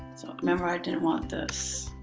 so remember, i didn't want this.